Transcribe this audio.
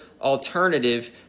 alternative